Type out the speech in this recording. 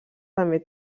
també